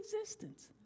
existence